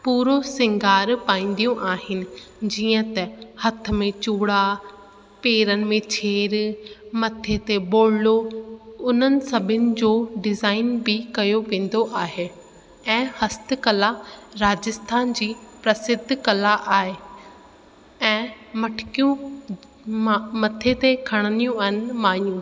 पूरो सींगारु पाईंदियूं आहिनि जीअं त हथ में चूड़ा पेरनि में छेड़ मथे ते बोलो उन्हनि सभिनि को डिज़ाईन बि कयो वेंदो आहे ऐं हस्त कला राजस्थान जी प्रसिध्द कला आहे ऐं मटिकियूं मां मथे ते खणंदियूं आहिनि मायूं